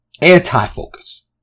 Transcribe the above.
Anti-focus